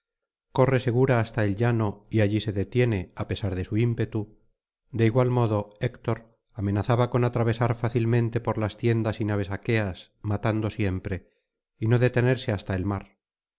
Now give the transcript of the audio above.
corre segura hasta el llano y allí se detiene á pesar de su ímpetu de igual modo héctor amenazaba con atravesar fácilmente por las tiendas y naves aqueas matando siempre y no detenerse hasta el mar